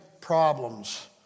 problems